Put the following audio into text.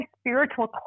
spiritual